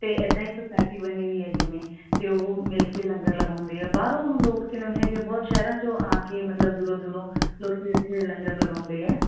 ਅਤੇ ਇੱਦਾਂ ਹੀ ਸੁਸਾਇਟੀ ਬਣੀ ਹੋਈ ਹੈ ਜਿਵੇਂ ਅਤੇ ਉਹ ਮਿਲ ਕੇ ਲੰਗਰ ਲਗਾਉਂਦੇ ਬਾਹਰੋਂ ਲੋਕ ਕਿਨਮ ਹੈਗੇ ਆ ਬਹੁਤ ਸ਼ਹਿਰਾਂ 'ਚੋਂ ਆ ਕੇ ਮਤਲਬ ਦੂਰੋਂ ਦੂਰੋਂ ਲੋਕੀ ਉੱਥੇ ਲੰਗਰ ਲਗਾਉਂਦੇ ਆ